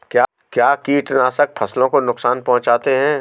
क्या कीटनाशक फसलों को नुकसान पहुँचाते हैं?